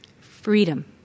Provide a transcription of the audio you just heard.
freedom